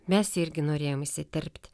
mes irgi norėjom įsiterpt